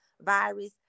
virus